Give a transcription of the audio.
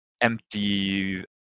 empty